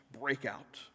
breakout